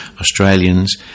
Australians